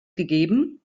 gegeben